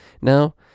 now